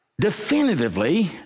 definitively